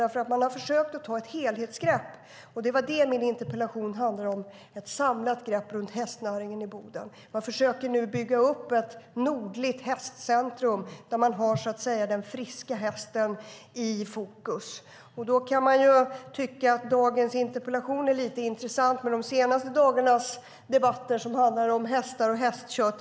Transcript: De har försökt ta ett helhetsgrepp. Det är detta min interpellation handlar om: ett samlat grepp om hästnäringen i Boden. Man försöker nu bygga upp ett nordligt hästcentrum där man har den friska hästen i fokus. Min interpellation kan därför vara intressant i och med de senaste dagarnas debatter, som handlar om hästar och hästkött.